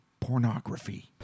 pornography